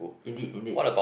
indeed indeed